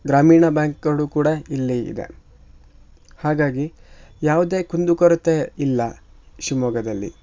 ಗ್ರಾಮೀಣ ಬ್ಯಾಂಕ್ಗಳು ಕೂಡ ಇಲ್ಲಿ ಇದೆ ಹಾಗಾಗಿ ಯಾವುದೇ ಕುಂದುಕೊರತೆ ಇಲ್ಲ ಶಿಮೊಗದಲ್ಲಿ